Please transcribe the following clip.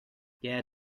yeah